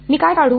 मी काय काढू